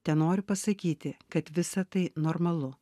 tenoriu pasakyti kad visa tai normalu